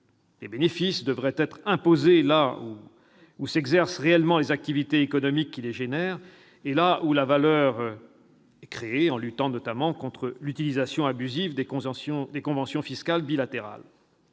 les bénéfices sont imposés là où s'exercent réellement les activités économiques qui les engendrent et là où la valeur est créée, en luttant notamment contre l'utilisation abusive des conventions fiscales bilatérales.